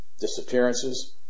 disappearances